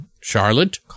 Charlotte